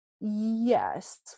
Yes